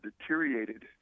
deteriorated